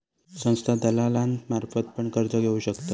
संस्था दलालांमार्फत पण कर्ज घेऊ शकतत